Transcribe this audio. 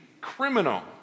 criminal